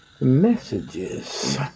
messages